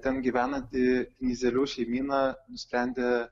ten gyvenanti mizelių šeimyna nusprendė